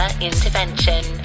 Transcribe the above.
intervention